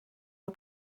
nhw